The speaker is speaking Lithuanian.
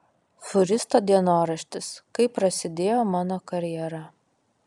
fūristo dienoraštis kaip prasidėjo mano karjera